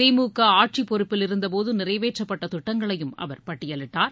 திமுக ஆட்சிப்பொறுப்பிலிருந்தபோது நிறைவேற்றப்பட்ட திட்டங்களையும் அவர் பட்டியலிட்டார்